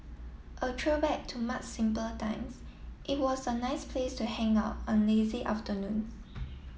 a throwback to much simpler times it was a nice place to hang out on lazy afternoons